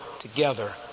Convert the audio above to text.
together